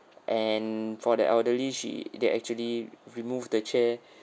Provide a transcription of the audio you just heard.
and for the elderly she they actually removed the chair